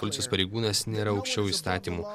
policijos pareigūnas nėra aukščiau įstatymų